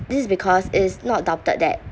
this is because it is not doubted that